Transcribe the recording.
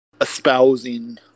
espousing